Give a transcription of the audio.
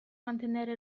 mantenere